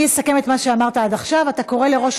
אני אסכם את מה שאמרת עד עכשיו: אתה קורא לראש